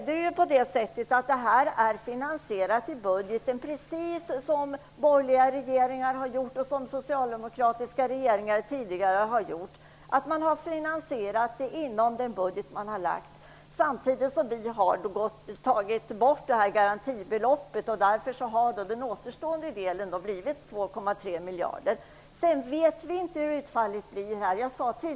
Det här förslaget är finansierat i budgeten precis som borgerliga regeringar och socialdemokratiska regeringar har gjort tidigare, nämligen genom en finansiering inom den budget som man har lagt fram. Vi har tagit bort garantibeloppet. Därför har den återstående delen blivit 2,3 miljarder. Vi vet inte hur utfallet blir.